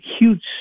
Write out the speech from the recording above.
huge